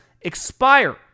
expire